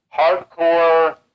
hardcore